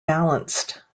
balanced